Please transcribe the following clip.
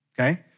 okay